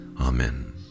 Amen